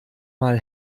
mal